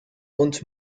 und